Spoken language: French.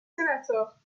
sénateurs